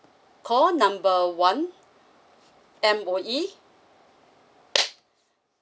call number one employee